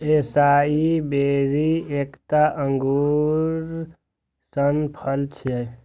एसाई berries एकटा अंगूर सन फल छियै